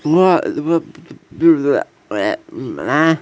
what ah